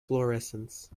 fluorescence